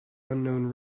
unknown